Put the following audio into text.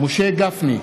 משה גפני,